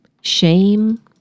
shame